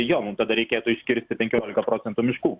jo mum tada reikėtų iškirsti penkiolika procentų miškų